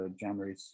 january